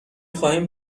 خواهیم